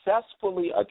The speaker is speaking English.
successfully